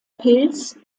pilz